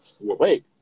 Wait